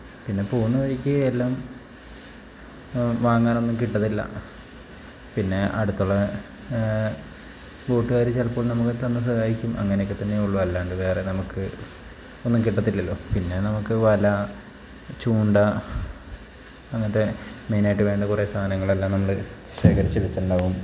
പിന്നെ പോവുന്ന വഴിക്ക് എല്ലാം വാങ്ങാനൊന്നും കിട്ടത്തില്ല പിന്നെ അടുത്തുള്ള കൂട്ടുകാർ ചിലപ്പോൾ നമുക്ക് തന്നു സഹായിക്കും അങ്ങനെയൊക്കെ തന്നെ ഉള്ളു അല്ലാതെ വേറെ നമുക്ക് ഒന്നും കിട്ടത്തില്ലല്ലോ പിന്നെ നമുക്ക് വല ചൂണ്ട അങ്ങനത്തെ മെയിനായിട്ട് വേണ്ട കുറേ സാധങ്ങളെല്ലാം നമ്മൾ ശേഖരിച്ചു വച്ചിട്ടുണ്ടാവും